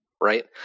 right